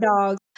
dogs